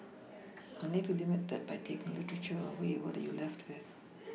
and if you limit that by taking literature away what are you left with